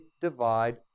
divide